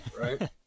right